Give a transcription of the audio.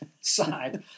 side